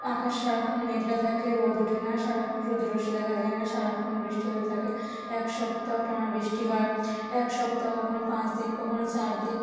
আকাশ সারাক্ষণ মেঘলা থাকে রোদ ওঠে না সারাক্ষণ সূর্যরশ্মি দেখা যায় না সারাক্ষণ বৃষ্টি হতে থাকে এক সপ্তাহ টানা বৃষ্টি হয় এক সপ্তাহ কখনও পাঁচ দিন কখনও চার দিন